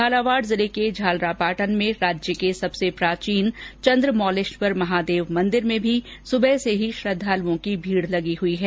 झालावाड़ जिले के झालरापाटन में राज्य के सबसे प्राचीन चन्द्रमौलेश्वर महादेव मंदिर में भी सुबह से श्रृद्वालुओं की भीड़ लगी हुई है